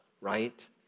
right